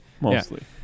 Mostly